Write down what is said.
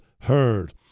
heard